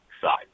side